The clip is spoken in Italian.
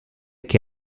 che